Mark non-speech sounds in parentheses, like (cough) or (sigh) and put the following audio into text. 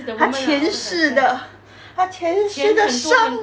他前世的 (breath) 他前世的伤